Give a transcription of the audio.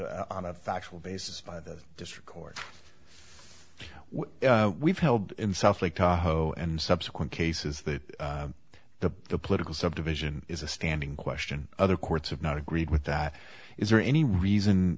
on a factual basis by the district court when we've held in south lake tahoe and subsequent cases that the the political subdivision is a standing question other courts have not agreed with that is there any reason